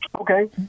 Okay